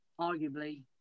arguably